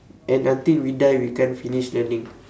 and until we die we can't finish learning